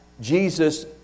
Jesus